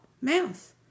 mouse